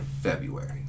February